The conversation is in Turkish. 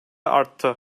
arttı